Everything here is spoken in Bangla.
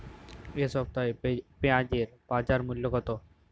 এ সপ্তাহে পেঁয়াজের বাজার মূল্য কত?